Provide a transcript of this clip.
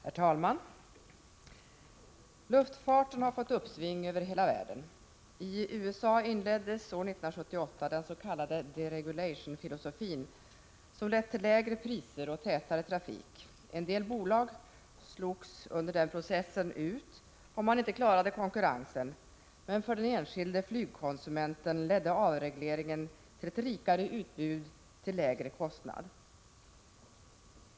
Herr talman! Luftfarten har fått uppsving över hela världen. I USA inleddes år 1978 tillämpningen av dens.k. deregulation-filosofin, som lett till lägre priser och tätare trafik. En del bolag slogs under den processen ut, om de inte klarade konkurrensen, men för den enskilde flygkonsumenten ledde avregleringen till ett rikare utbud till lägre kostnad.